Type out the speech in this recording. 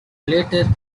later